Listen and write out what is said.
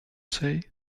say